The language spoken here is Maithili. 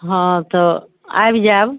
हँ तऽ आबि जायब